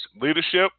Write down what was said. Leadership